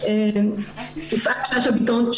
יפעת שאשא ביטון,